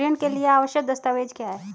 ऋण के लिए आवश्यक दस्तावेज क्या हैं?